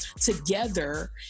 together